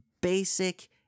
basic